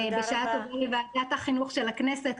ושאת תובילי את ועדת החינוך של הכנסת,